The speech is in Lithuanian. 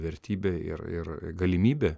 vertybė ir ir galimybė